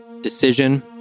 decision